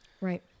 Right